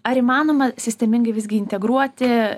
ar įmanoma sistemingai visgi integruoti